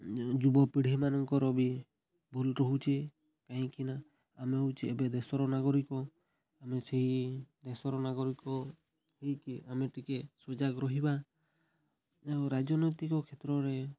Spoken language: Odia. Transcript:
ଯୁବପିଢ଼ିମାନଙ୍କର ବି ଭୁଲ୍ ରହୁଛି କାହିଁକିନା ଆମେ ହେଉଛି ଏବେ ଦେଶର ନାଗରିକ ଆମେ ସେହି ଦେଶର ନାଗରିକ ହୋଇକି ଆମେ ଟିକେ ସୁଯାଗ ରହିବା ଆଉ ରାଜନୈତିକ କ୍ଷେତ୍ରରେ